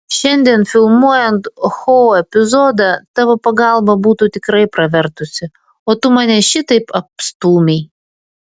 šiandien filmuojant ho epizodą tavo pagalba būtų tikrai pravertusi o tu mane šitaip apstūmei